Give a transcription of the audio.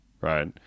right